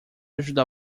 ajudar